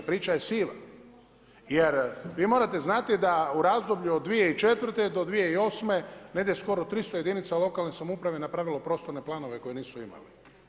Priča je siva jer vi morate znati da u razdoblju od 2004-2008. negdje skoro 300 jedinica lokalne samouprave je napravilo prostorne planove koje nisu imali.